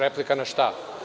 Replika na šta?